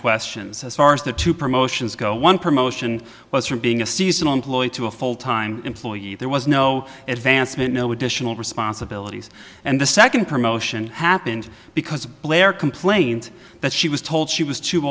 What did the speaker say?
questions as far as the two promotions go one promotion was from being a seasonal employee to a full time employee there was no advancement no additional responsibilities and the second promotion happened because blair complained that she was told she was too